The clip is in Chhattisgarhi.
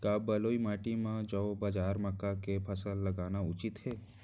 का बलुई माटी म जौ, बाजरा, मक्का के फसल लगाना उचित हे?